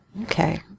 Okay